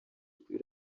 kuri